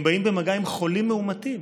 הם באים במגע עם חולים מאומתים,